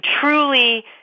truly